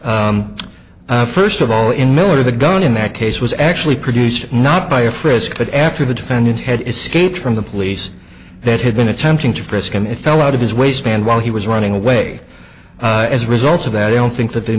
or first of all in miller the gun in that case was actually produced not by a frisk but after the defendant had escaped from the police that had been attempting to frisk him it fell out of his waistband while he was running away as a result of that i don't think that the